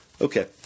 Okay